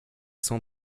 cent